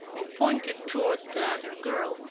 and pointed toward the other girl,